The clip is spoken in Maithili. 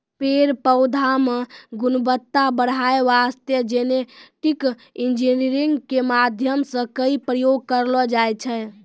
पेड़ पौधा मॅ गुणवत्ता बढ़ाय वास्तॅ जेनेटिक इंजीनियरिंग के माध्यम सॅ कई प्रयोग करलो जाय छै